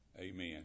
Amen